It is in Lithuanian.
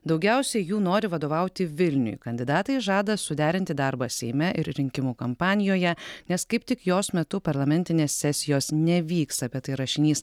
daugiausiai jų nori vadovauti vilniui kandidatai žada suderinti darbą seime ir rinkimų kampanijoje nes kaip tik jos metu parlamentinės sesijos nevyksta apie tai rašinys